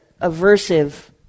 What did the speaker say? aversive